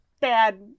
bad